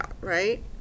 right